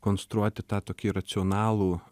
konstruoti tą tokį racionalų